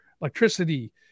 electricity